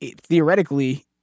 theoretically